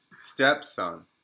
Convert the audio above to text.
stepson